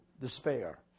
despair